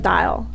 Dial